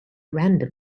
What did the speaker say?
random